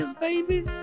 baby